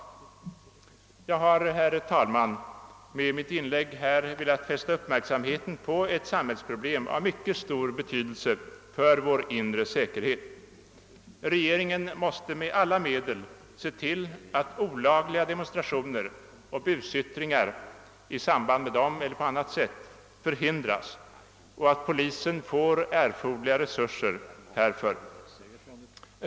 Jag har, herr talman, med mitt anförande velat fästa uppmärksamheten på ett samhällsproblem av mycket stor betydelse för vår inre säkerhet. Regeringen måste med alla medel se till att olagliga demonstrationer och busyttringar förhindras och att polisen får erforderliga resurser härför.